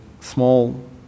small